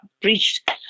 preached